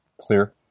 clear